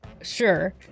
Sure